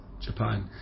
Japan